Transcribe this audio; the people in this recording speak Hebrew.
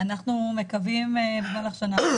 אנחנו מקווים במהלך שנה.